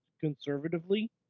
conservatively